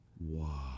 Wow